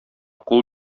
кул